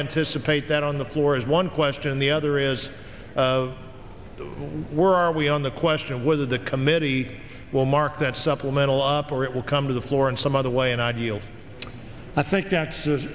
anticipate that on the floor is one question the other is where are we on the question of whether the committee will mark that supplemental up or it will come to the floor in some other way and ideal i think